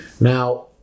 Now